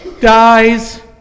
dies